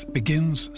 begins